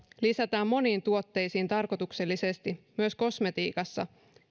lisätään moniin tuotteisiin tarkoituksellisesti myös kosmetiikassa